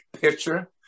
pitcher